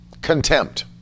Contempt